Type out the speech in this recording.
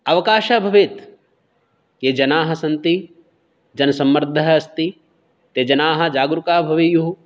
अवकाशः भवेत् ये जनाः सन्ति जनसम्मर्दः अस्ति ते जनाः जागरूकाः भवेयुः